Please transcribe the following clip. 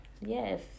Yes